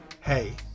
hey